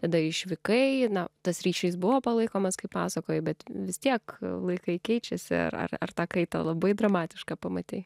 tada išvykai na tas ryšys buvo palaikomas kaip pasakoji bet vis tiek laikai keičiasi ar ar tą kaitą labai dramatišką pamatei